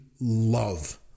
love